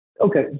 Okay